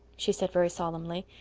she said very solemnly,